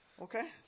Okay